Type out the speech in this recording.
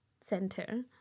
center